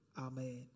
Amen